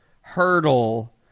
hurdle